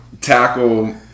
tackle